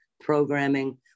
programming